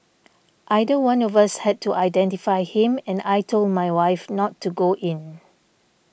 either one of us had to identify him and I told my wife not to go in